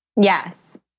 Yes